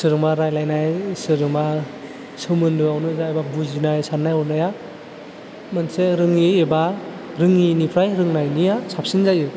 सोरजोंबा रायलायनाय सोरजोंबा सोमोन्दोआवनो जा एबा बुजिनाय सान्नाय हनाया मोनसे रोङि एबा रोङिनिफ्राय रोंनाया साबसिन जायो